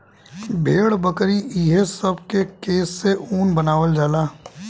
भेड़, बकरी ई हे सब के केश से ऊन बनावल जाला